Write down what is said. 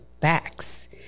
facts